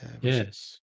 yes